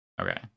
Okay